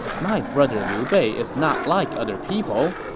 my brother liu bei is not like other people.